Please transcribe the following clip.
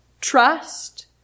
trust